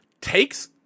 takes